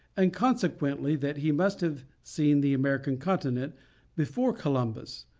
and consequently that he must have seen the american continent before columbus,